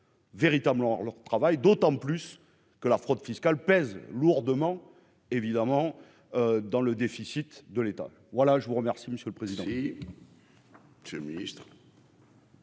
véritablement leur travail, d'autant plus que la fraude fiscale, pèse lourdement évidemment dans le déficit de l'État, voilà je vous remercie, monsieur le président.